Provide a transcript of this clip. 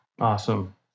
Awesome